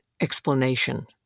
explanation